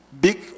big